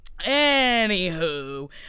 Anywho